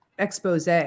expose